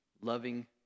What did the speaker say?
loving